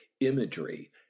imagery